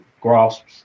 Grasps